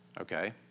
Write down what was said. Okay